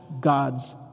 God's